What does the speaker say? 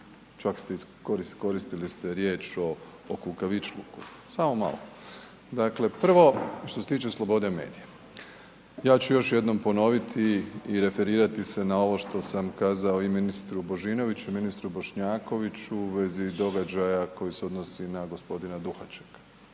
ste koristili ste riječ o kukavičluku. Samo malo. Dakle, prvo, što se tiče slobode medija ja ću još jednom ponoviti i referirati se na ovo što sam kazao i ministru Božinoviću i ministru Bošnjakoviću u vezi događaja koji se odnosi na gospodina Duhačeka.